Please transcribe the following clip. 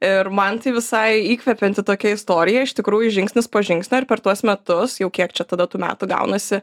ir man tai visai įkvepianti tokia istorija iš tikrųjų žingsnis po žingsnio ir per tuos metus jau kiek čia tada tų metų gaunasi